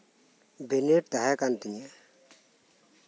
blade ᱛᱟᱦᱮᱸ ᱠᱟᱱ ᱛᱤᱧᱟᱹ